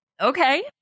Okay